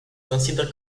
consider